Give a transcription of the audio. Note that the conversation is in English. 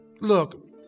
Look